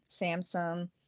Samsung